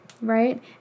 right